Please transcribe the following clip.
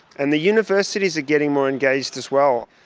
and the universities are getting more engaged as well.